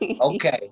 Okay